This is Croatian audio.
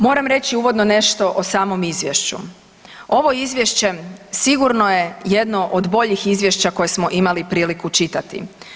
Moram reći uvodno nešto o samom izvješću, ovo izvješće sigurno je jedno od boljih izvješća koje smo imali priliku čitati.